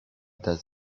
does